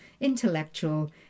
intellectual